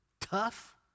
tough